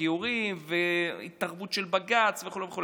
הגיורים וההתערבות של בג"ץ וכו' וכו',